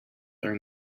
are